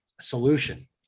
solution